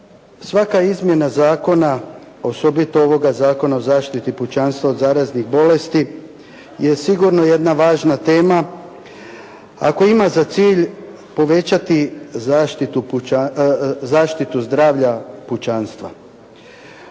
Svaka izmjena zakona, osobito ovoga Zakona o zaštiti pučanstva od zaraznih bolesti je sigurno jedna važna tema ako ima za cilj povećati zaštitu zdravlja pučanstva.